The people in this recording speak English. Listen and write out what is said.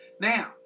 now